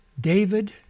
David